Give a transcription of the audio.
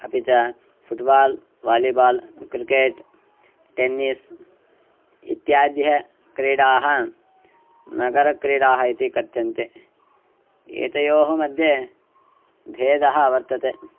अपि च football volleyball cricket tennis इत्याद्यः क्रीडाः नगरक्रीडाः इति कथ्यन्ते एतयोः मध्ये भेदः वर्तते